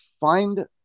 find